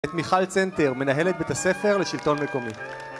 את מיכל צנטר מנהלת בית הספר לשלטון מקומי